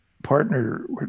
partner